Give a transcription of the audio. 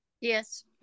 Yes